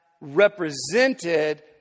represented